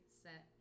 set